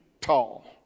tall